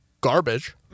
garbage